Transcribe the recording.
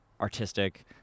artistic